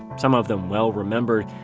some of them well-remembered,